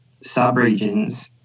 sub-regions